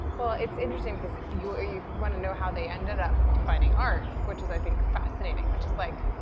well, it's interesting cause you ah you want to know how they ended up defining art, which is i think fascinating, which is, like,